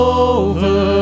over